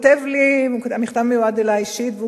המכתב מיועד אלי אישית,